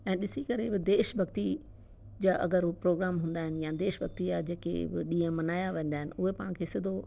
ऐं ॾिसी करे उहे देश भक्ति जा अगरि हू प्रोग्राम हूंदा आहिनि या देश भक्ति जा जेके बि ॾींहुं मल्हाया वेंदा आहिनि उहा पाण खे सिधो